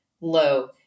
low